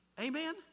Amen